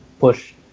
push